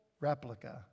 replica